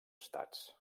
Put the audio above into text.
estats